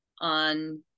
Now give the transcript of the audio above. on